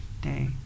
day